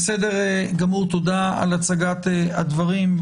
תודה על הצגת הדברים.